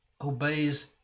obeys